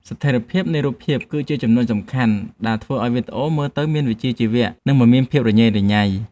ស្ថេរភាពនៃរូបភាពគឺជាចំណុចសំខាន់ដែលធ្វើឱ្យវីដេអូមើលទៅមានវិជ្ជាជីវៈ និង មិនមានភាពរញ៉េរញ៉ៃ។